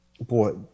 Boy